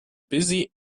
busy